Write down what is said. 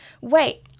Wait